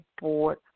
board